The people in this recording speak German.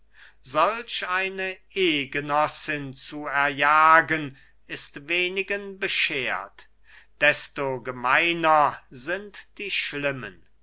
solch eine ehgenossin zu erjagen ist wenigen beschert desto gemeiner sind die schlimmen